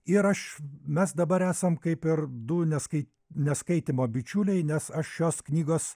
ir aš mes dabar esam kaip ir du neskai neskaitymo bičiuliai nes aš šios knygos